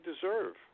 deserve